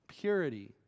purity